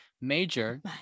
major